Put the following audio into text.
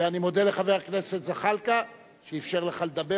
ואני מודה לחבר הכנסת זחאלקה שאפשר לך לדבר.